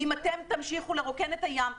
ואם אתם תמשיכו לרוקן את הים,